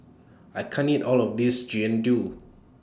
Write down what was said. I can't eat All of This Jian Dui